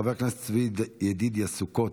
חבר הכנסת צבי ידידיה סוכות,